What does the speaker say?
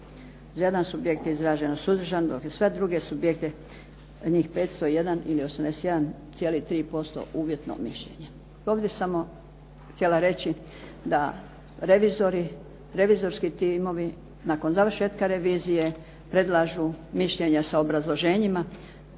za jedan subjekt je izraženo suzdržano dok je sve druge subjekte njih 501 ili 81,3% uvjetno mišljenje. Ovdje bih samo htjela reći da revizorski timovi nakon završetka revizije predlažu mišljenja sa obrazloženjima